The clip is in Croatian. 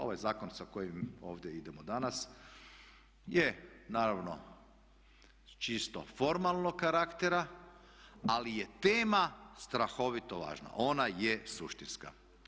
Ovaj zakon sa kojim ovdje idemo danas je naravno čisto formalnog karaktera ali je tema strahovito važna, ona je suštinska.